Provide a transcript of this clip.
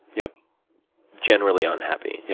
yeah generally unhappy, yeah